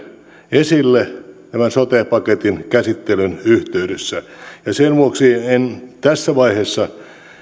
esille tämän sote paketin käsittelyn yhteydessä sen vuoksi en tässä vaiheessa